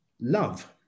love